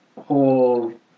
whole